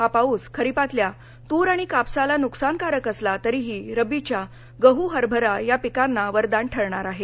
हा पाऊस खरिपातल्या तूर आणि कापसाला नुकसानकारक असला तरीही रब्बीच्या गहू हरभरा या पिकांना वरदान ठरणार आहे